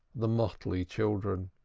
the motley children.